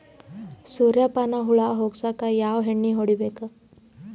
ಸುರ್ಯಪಾನ ಹುಳ ಹೊಗಸಕ ಯಾವ ಎಣ್ಣೆ ಹೊಡಿಬೇಕು?